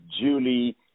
Julie